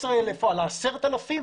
13,000 או 10,000,